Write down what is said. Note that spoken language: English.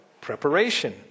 preparation